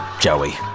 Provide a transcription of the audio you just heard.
joey.